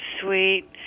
sweet